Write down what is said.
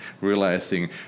realizing